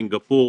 סינגפור,